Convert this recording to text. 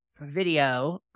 video